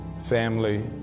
Family